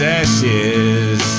ashes